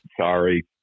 sorry